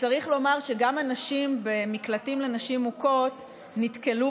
צריך לומר שגם הנשים במקלטים לנשים מוכות נתקלו